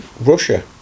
russia